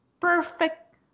perfect